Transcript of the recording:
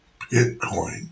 Bitcoin